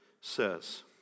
says